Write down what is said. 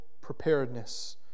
preparedness